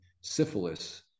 syphilis